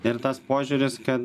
ir tas požiūris kad